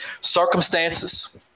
Circumstances